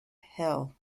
hill